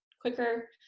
quicker